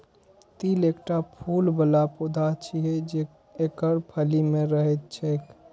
तिल एकटा फूल बला पौधा छियै, जे एकर फली मे रहैत छैक